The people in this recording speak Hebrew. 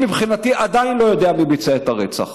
אני מבחינתי עדיין לא יודע מי ביצע את הרצח.